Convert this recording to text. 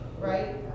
Right